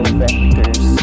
vectors